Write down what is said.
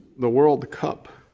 the world cup